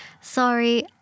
Sorry